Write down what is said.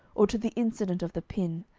or to the incident of the pin,